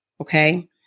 okay